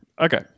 Okay